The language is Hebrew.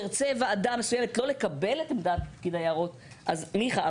אם תרצה ועדה מסוימת לא לקבל את חוות דעתו של פקיד היערות אז ניחא,